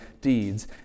deeds